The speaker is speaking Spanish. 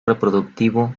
reproductivo